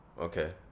Okay